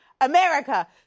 america